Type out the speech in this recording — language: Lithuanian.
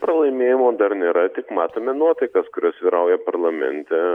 pralaimėjimo dar nėra tik matome nuotaikas kurios vyrauja parlamente